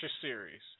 series